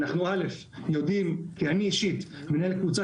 אנחנו יודעים כי אני אישית מנהל קבוצה